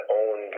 own